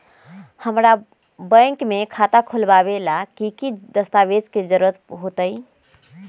हमरा के बैंक में खाता खोलबाबे ला की की दस्तावेज के जरूरत होतई?